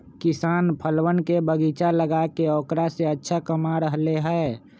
किसान फलवन के बगीचा लगाके औकरा से अच्छा कमा रहले है